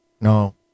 No